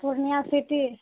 Purnia city